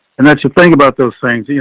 and that's the thing about those things, you